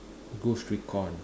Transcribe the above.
ghost recon